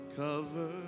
cover